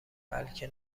بلکه